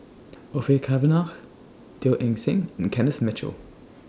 Orfeur Cavenagh Teo Eng Seng and Kenneth Mitchell